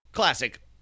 classic